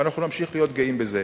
ואנחנו נמשיך להיות גאים בזה.